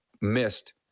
missed